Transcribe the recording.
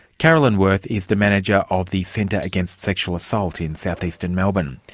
carolyn worth is the manager of the centre against sexual assault in south eastern melbourne.